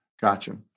Gotcha